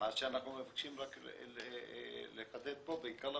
מה שאנחנו מבקשים לחדד פה, בעיקר לפרוטוקול,